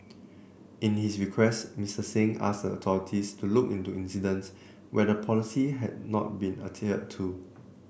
in his request Mr Singh asked a authorities to look into incidents when the policy had not been adhered to